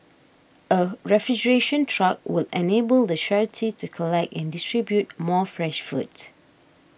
a refrigeration truck would enable the charity to collect and distribute more fresh food